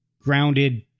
grounded